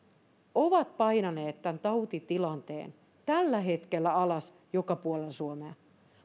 ovat painaneet tämän tautitilanteen tällä hetkellä alas joka puolella suomea